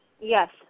Yes